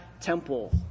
temple